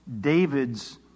David's